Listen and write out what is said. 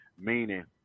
meaning